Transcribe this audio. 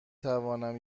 توانم